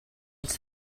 els